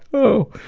oh,